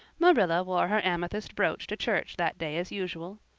marilla wore her amethyst brooch to church that day as usual.